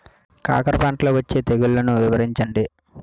కాకర పంటలో వచ్చే తెగుళ్లను వివరించండి?